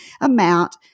amount